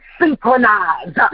synchronize